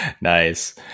Nice